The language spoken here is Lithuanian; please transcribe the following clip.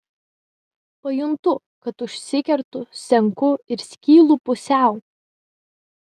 pajuntu kad užsikertu senku ir skylu pusiau